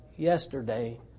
Yesterday